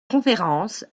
conférences